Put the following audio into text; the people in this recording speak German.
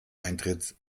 eintritt